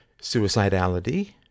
suicidality